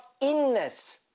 inness